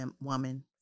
woman